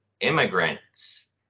immigrants